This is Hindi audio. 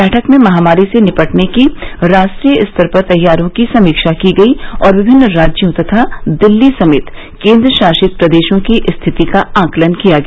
बैठक में महामारी से निपटने की राष्ट्रीय स्तर पर तैयारियों की समीक्षा की गई और विभिन्न राज्यों तथा दिल्ली समेत केंद्र शासित प्रदेशों की स्थिति का आकलन किया गया